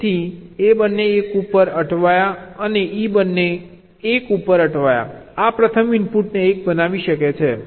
તેથી એ બંને 1 ઉપર અટવાયા અને ઇ બંને 1 ઉપર અટવાયા આ પ્રથમ ઇનપુટને 1 બનાવી શકે છે